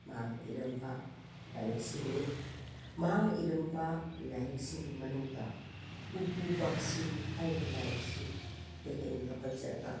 ꯃꯍꯥꯛꯅ ꯏꯔꯝꯕ ꯂꯥꯏꯔꯤꯛꯁꯤꯡꯅꯤ ꯃꯍꯥꯛꯅ ꯏꯔꯝꯕ ꯂꯥꯏꯔꯤꯛꯁꯤꯡꯒꯤ ꯃꯅꯨꯡꯗ ꯎꯄꯨ ꯄꯥꯛꯁꯤ ꯍꯥꯏꯔꯤꯕ ꯂꯥꯏꯔꯤꯛꯁꯤꯗꯒꯤ ꯑꯩꯅ ꯂꯧꯈꯠꯆꯔꯒ